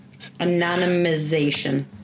Anonymization